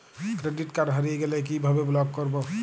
Credit card হারিয়ে গেলে কি ভাবে ব্লক করবো?